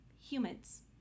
humans